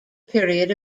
period